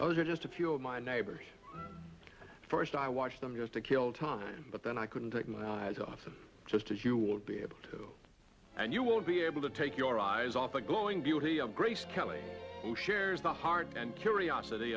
those are just a few of my neighbors first i watched them just to kill time but then i couldn't take my eyes off them just as you would be able to and you won't be able to take your eyes off the glowing beauty of grace kelly who shares the heart and curiosity